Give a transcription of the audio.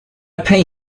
pay